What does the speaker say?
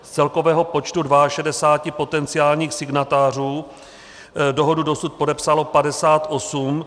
Z celkového počtu 62 potenciálních signatářů dohodu dosud podepsalo 58.